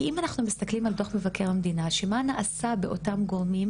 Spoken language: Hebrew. כי אם אנחנו מסתכלים על דו"ח מבקר המדינה ועל מה שנעשה באותם גורמים,